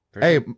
Hey